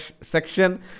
section